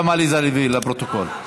גם עליזה לביא, לפרוטוקול.